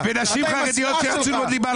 אתה עם השנאה שלך.